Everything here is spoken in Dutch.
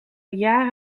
jaren